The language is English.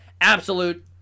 Absolute